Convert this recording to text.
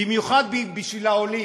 במיוחד בשביל העולים,